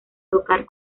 tocar